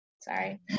sorry